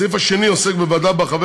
הסעיף השני עוסק בוועדה שבה חבר